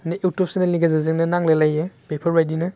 नै इउटुब सेनेलनि गेजेरजोंनो नांलाय लायो बेफोरबायदिनो